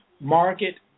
Market